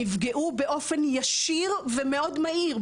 נפגעו באופן ישיר ומאוד מהיר,